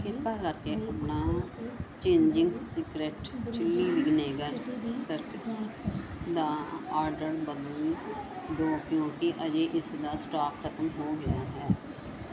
ਕ੍ਰਿਪਾ ਕਰਕੇ ਆਪਣਾ ਚਿੰਗਜ਼ ਸੀਕ੍ਰੇਟ ਚਿੱਲੀ ਵਿਨੇਗਰ ਸਿਰਕੇ ਦਾ ਆਰਡਰ ਬਦਲ ਦੋ ਕਿਉਂਕਿ ਅਜੇ ਇਸ ਦਾ ਸਟਾਕ ਖਤਮ ਹੋ ਗਿਆ ਹੈ